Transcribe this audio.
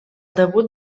debut